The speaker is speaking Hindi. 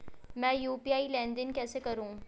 मैं यू.पी.आई लेनदेन कैसे करूँ?